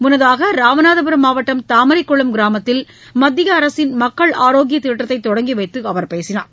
முன்னதாகராமநாதபுரம் மாவட்டம் தாமரைக்குளம் கிராமத்தில் மத்தியஅரசின் மக்கள் ஆரோக்கியதிட்டத்தைதொடங்கிவைத்துஅவர் பேசினார்